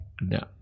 No